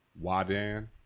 Wadan